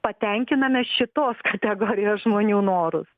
patenkiname šitos kategorijos žmonių norus